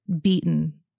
beaten